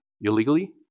illegally